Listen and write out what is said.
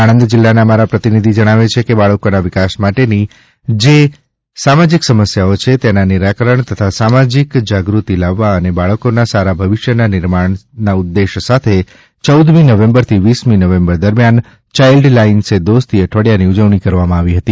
આણંદ જિલ્લાના અમારા પ્રતિનિધિ જણાવે છે કે બાળકોના વિકાસ માટેની જે સામાજિક સમસ્યાઓ છે તેના નિરાકરણ તથા સામાજિક જાગૃતિ લાવવા અને બાળકોના સારા ભવિષ્યના નિર્માણના ઉદ્દેશ સાથે ચૌદમી નવેમ્બરથી વીસમી નવેમ્બર દરમિયાન યાઈલ્ડ લાઈન સે દોસ્તી અઠવાડિયાની ઉજવણી કરવામાં આવી હતી